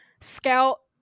scout